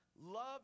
Love